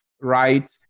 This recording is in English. right